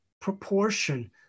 proportion